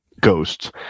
Ghosts